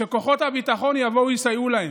שכוחות הביטחון יבואו ויסייעו להם,